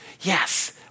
yes